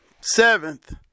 seventh